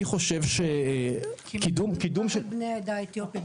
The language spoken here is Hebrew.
אני חושב שקידום של --- בני העדה האתיופית,